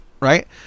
right